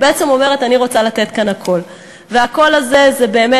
אני חושבת שהסיפור הזה יגיד הכול על הדמות שלה.